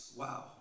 wow